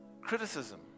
criticism